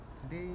today